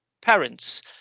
parents